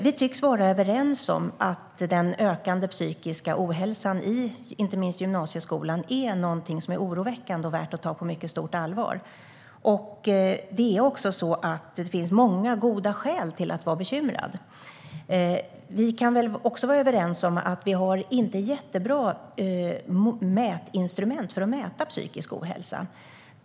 Vi tycks vara överens om att den ökande psykiska ohälsan i inte minst gymnasieskolan är någonting som är oroväckande och värd att ta på mycket stort allvar. Det finns många goda skäl till att vara bekymrad. Vi kan också vara överens om att vi inte har jättebra mätinstrument för att mäta psykisk ohälsa.